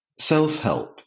Self-help